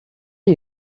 are